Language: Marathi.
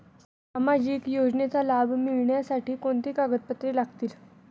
सामाजिक योजनेचा लाभ मिळण्यासाठी कोणती कागदपत्रे लागतील?